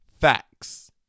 Facts